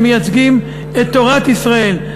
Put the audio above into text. שמייצגים את תורת ישראל,